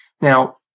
Now